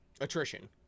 Attrition